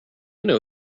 know